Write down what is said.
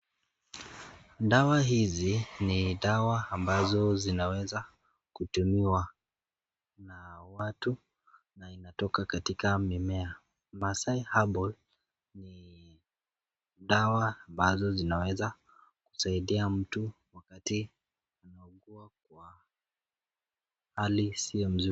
Dawa hizi ni dawa ambazo zinaweza kutumiwa na watu na inatoka katika mimea. Maasai Herbal ni dawa ambazo zinaweza kusaidia mtu wakati wa kukuwa kwa hali isiyo mzuri.